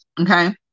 okay